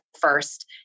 first